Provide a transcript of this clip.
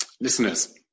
Listeners